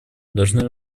должны